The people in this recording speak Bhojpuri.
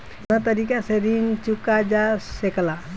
कातना तरीके से ऋण चुका जा सेकला?